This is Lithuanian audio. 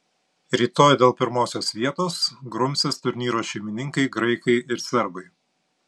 rytoj dėl pirmosios vietos grumsis turnyro šeimininkai graikai ir serbai